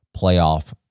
playoff